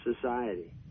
society